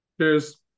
Cheers